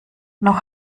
noch